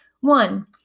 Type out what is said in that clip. One